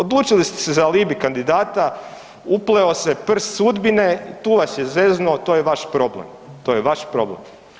Odlučili ste se za alibi kandidata, upleo se prst sudbine i tu vas je zeznuo i to je vaš problem, to je vaš problem.